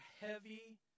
heavy